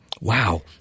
Wow